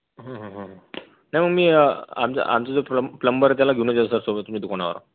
नाही मग मी आमचा आमचा जो प्लंबर प्लम्बर आहे त्याला घेऊन येतो सर सोबत तुमच्या दुकानावर